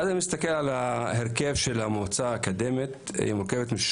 אז אני מסתכל על ההרכב של המועצה האקדמית שמורכבת מ-6